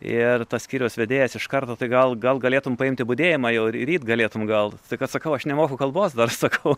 ir tas skyriaus vedėjas iš karto tai gal gal galėtum paimti budėjimą jau ryt galėtum gal tai kad sakau aš nemoku kalbos dar sakau